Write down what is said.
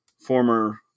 former